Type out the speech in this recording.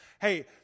hey